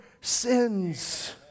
sins